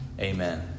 Amen